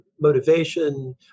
motivation